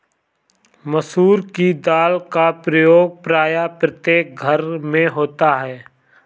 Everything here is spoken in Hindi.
मसूर की दाल का प्रयोग प्रायः प्रत्येक घर में होता है